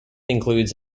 includes